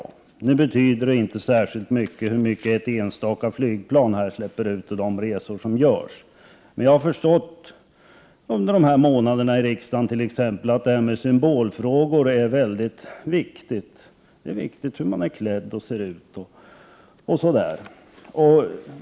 Det betyder inte särskilt mycket hur mycket ett enstaka flygplan släpper ut vid de resor som görs. Jag har emellertid under dessa månader i riksdagen förstått att detta med symbolfrågor är mycket viktigt. Det är viktigt hur man ser ut, hur man är klädd osv.